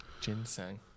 Ginseng